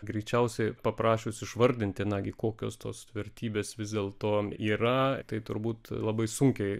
greičiausiai paprašius išvardinti nagi kokios tos vertybės vis dėlto yra tai turbūt labai sunkiai